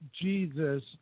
Jesus